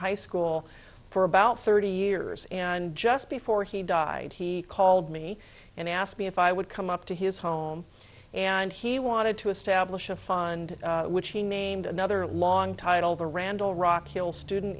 high school for about thirty years and just before he died he called me and asked me if i would come up to his home and he wanted to establish a fund which he named another long title the randall rock hill student